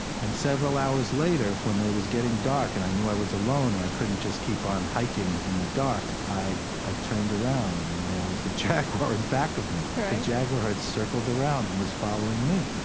and several hours later when it was getting dark, and i knew i was alone, and i couldn't just keep on hiking in the dark, i i turned around, around, and there was the jaguar, in back of me the jaguar had circled around and was following me.